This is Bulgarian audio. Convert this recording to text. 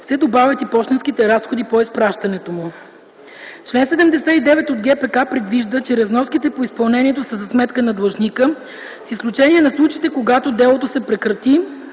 се добавят и пощенските разходи по изпращането му. Член 79 от ГПК предвижда, че разноските по изпълнението са за сметка на длъжника с изключение на случаите, когато делото се прекрати